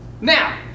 Now